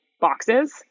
boxes